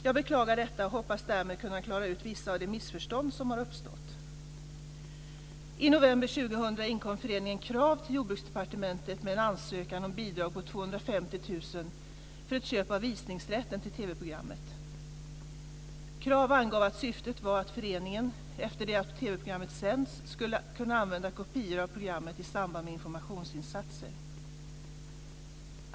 Jag beklagar detta och hoppas härmed kunna klara ut vissa av de missförstånd som uppstått. Jordbruksdepartementet med en ansökan om bidrag på 250 000 kr för ett köp av visningsrätten till TV programmet. Krav angav att syftet var att föreningen, efter det att TV-programmet sänts, skulle kunna använda kopior av programmet i samband med informationsinsatser.